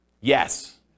Yes